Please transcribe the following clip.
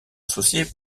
associée